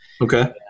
Okay